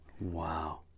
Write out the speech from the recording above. Wow